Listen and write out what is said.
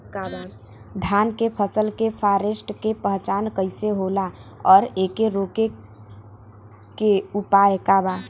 धान के फसल के फारेस्ट के पहचान कइसे होला और एके रोके के उपाय का बा?